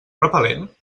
repel·lent